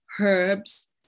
herbs